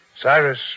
Cyrus